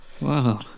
Wow